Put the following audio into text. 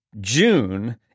June